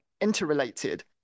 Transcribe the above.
interrelated